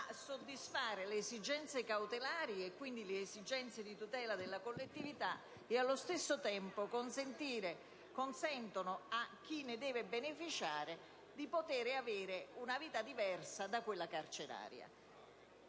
soddisfare le esigenze cautelari, e quindi le esigenze di tutela della collettività, e che allo stesso tempo consentono, a chi ne deve beneficiare, di avere una vita diversa da quella carceraria.